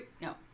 no